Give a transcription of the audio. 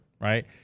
right